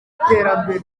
iterambere